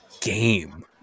game